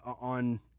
on